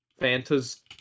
fanta's